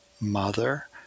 mother